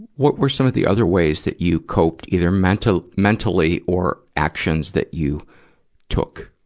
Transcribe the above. what were some of the other ways that you coped, either mental, mentally or actions that you took?